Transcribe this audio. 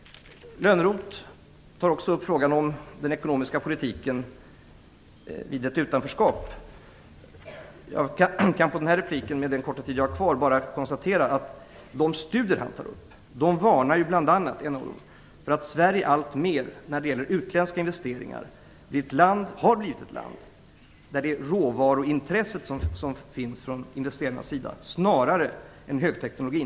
Lönnroth tog också upp frågan om den ekonomiska politiken vid ett utanförskap. Jag kan med den korta taletid jag har kvar i den här repliken bara konstatera att man i de studier som Johan Lönnroth tog upp bl.a. varnar för att Sverige alltmer blir ett land där råvaruintresset från utländska investerares sida blir starkare än intresset för högteknologin.